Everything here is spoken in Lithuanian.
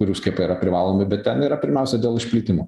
kurių skiepai yra privalomi bet ten yra pirmiausia dėl išplitimo